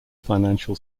financial